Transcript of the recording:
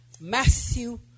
Matthew